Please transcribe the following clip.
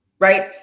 Right